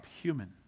human